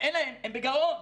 הם בגירעון,